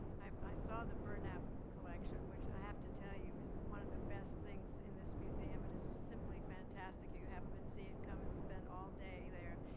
i saw the burnap collection. which, i have to tell you, is one of the best things in this museum. it is simply fantastic. if you haven't been see it, come and spent all day there.